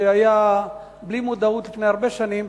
שלא היתה אליו מודעות לפני הרבה שנים,